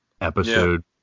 episode